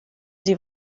sie